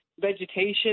vegetation